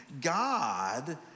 God